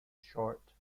short